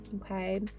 okay